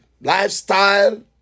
lifestyle